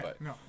no